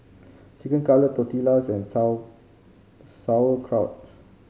Chicken Cutlet Tortillas and Sauerkraut